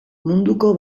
munduko